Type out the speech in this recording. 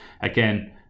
again